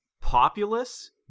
populace